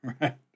right